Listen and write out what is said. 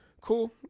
cool